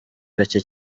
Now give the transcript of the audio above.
gake